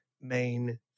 main